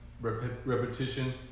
Repetition